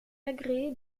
agrégé